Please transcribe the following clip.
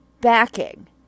backing